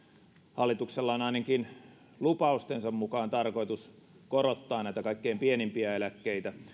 hallituksella on ainakin lupaustensa mukaan tarkoitus korottaa kaikkein pienimpiä eläkkeitä